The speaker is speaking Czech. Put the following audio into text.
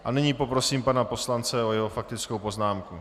A nyní poprosím pana poslance o jeho faktickou poznámku.